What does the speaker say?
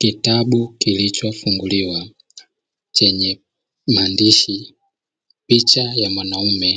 Kitabu kilicho funguliwa chenye maandimshi. Picha ya mwanaume